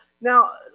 Now